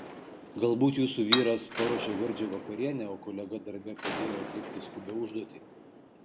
galbūt jūsų vyras paruošė gardžią vakarienę o kolega darbe padėjo atlikti skubią užduotį